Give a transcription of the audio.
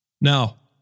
Now